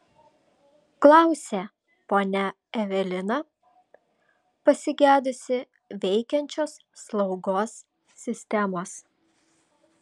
klausė ponia evelina pasigedusi veikiančios slaugos sistemos